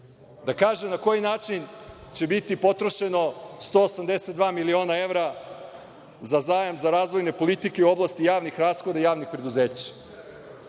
Da kaže na koji način će biti potrošeno 182 miliona evra za zajam za razvojne politike u oblasti javnih rashoda i javnih preduzeća?